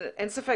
אין ספק.